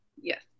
Yes